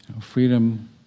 Freedom